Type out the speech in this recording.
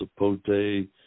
sapote